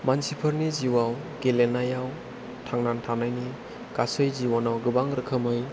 मानसिफोरनि जिउआव गेलेनायाव थांना थानायनि गासै जिब'नाव गोबां रोखोमै